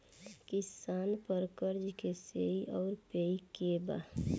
किसान पर क़र्ज़े के श्रेइ आउर पेई के बा?